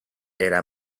era